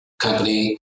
company